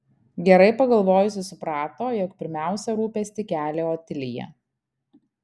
gerai pagalvojusi suprato jog pirmiausia rūpestį kelia otilija